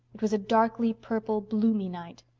it was a darkly-purple bloomy night.